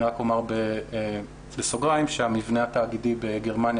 אני רק אומר בסוגריים שהמבנה התאגידי בגרמניה